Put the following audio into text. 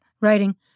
writing